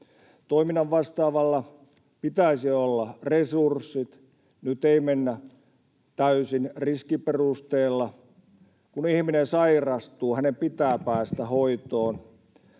Toiminnasta vastaavalla pitäisi olla resurssit, nyt ei mennä täysin riskiperusteella. Kun ihminen sairastuu, hänen pitää päästä hoitoon.